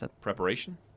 Preparation